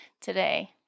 today